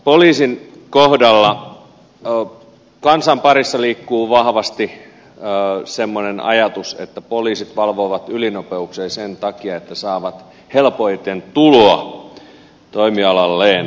poliisin kohdalla kansan parissa liikkuu vahvasti semmoinen ajatus että poliisit valvovat ylinopeuksia sen takia että saavat helpoiten tuloa toimialalleen